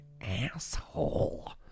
asshole